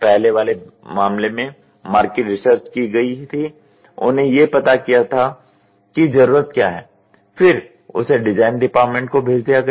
पहले वाले मामले में मार्केट रिसर्च की गई थी उन्होंने ये पता किया था कि जरुरत क्या है फिर उसे डिज़ाइन डिपार्टमेंट को भेज दिया गया